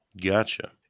Gotcha